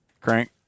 Crank